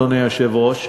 אדוני היושב-ראש,